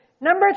Number